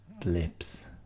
blips